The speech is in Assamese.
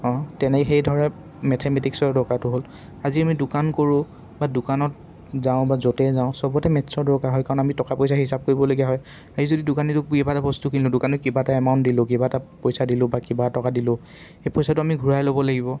অঁ তেনে সেইদৰে মেথেমেটিক্সৰ দৰকাৰটো হ'ল আজি আমি দোকান কৰোঁ বা দোকানত যাওঁ বা য'তেই যাওঁ চবতে মেথ্ছৰ দৰকাৰ হয় কাৰণ আমি টকা পইচা হিচাপ কৰিবলগীয়া হয় আজি যদি দোকানীটোক কিবা এটা বস্তু কিনিলোঁ দোকানীক কিবা এটা এমাউণ্ট দিলোঁ কিবা এটা পইচা দিলোঁ বা কিবা এটকা দিলোঁ সেই পইচাটো আমি ঘূৰাই ল'ব লাগিব